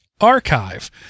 archive